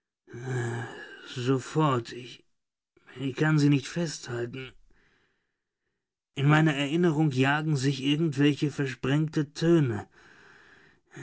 sofort ich kann sie nicht festhalten in meiner erinnerung jagen sich irgendwelche versprengte töne